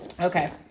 Okay